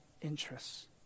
interests